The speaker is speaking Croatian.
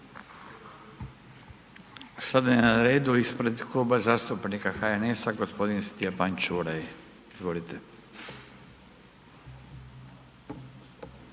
Sada je na redu ispred Kluba zastupnika HNS-a g. Stjepan Čuraj. Izvolite.